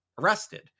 arrested